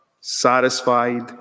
satisfied